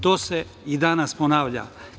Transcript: To se i danas ponavlja.